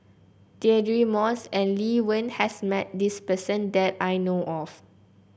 Deirdre Moss and Lee Wen has met this person that I know of